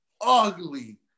ugly